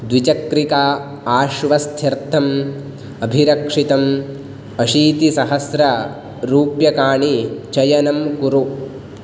द्विचक्रिका आश्वस्त्यर्थम् अभिरक्षितम् अशीतिसहस्ररूप्यकाणि चयनं कुरु